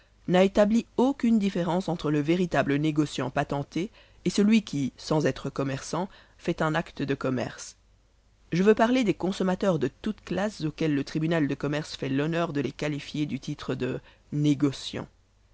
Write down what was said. n'a établi aucune différence entre le véritable négociant patenté et celui qui sans être commerçant fait un acte de commerce je veux parler des consommateurs de toutes classes auxquels le tribunal de commerce fait l'honneur de les qualifier du titre de négocians